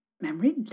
Memory